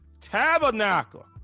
Tabernacle